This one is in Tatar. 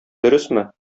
дөресме